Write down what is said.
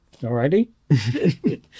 Alrighty